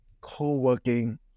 co-working